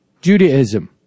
Judaism